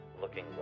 looking